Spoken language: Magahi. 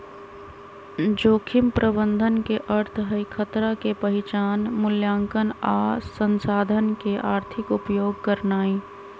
जोखिम प्रबंधन के अर्थ हई खतरा के पहिचान, मुलायंकन आ संसाधन के आर्थिक उपयोग करनाइ